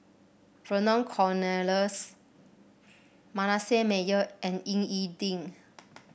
Vernon Cornelius Manasseh Meyer and Ying E Ding